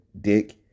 dick